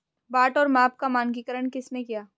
बाट और माप का मानकीकरण किसने किया?